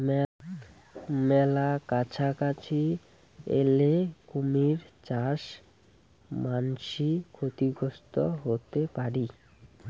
মেলা কাছাকাছি এলে কুমীর চাস মান্সী ক্ষতিগ্রস্ত হতে পারি